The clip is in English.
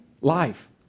life